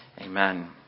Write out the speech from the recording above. Amen